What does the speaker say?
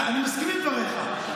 אני מסכים עם דבריך,